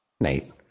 Nate